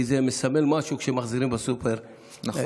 כי זה מסמל משהו כשמחזירים בסופר את המכלים,